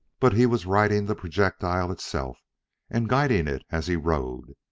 but he was riding the projectile itself and guiding it as he rode.